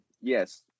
yes